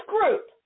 group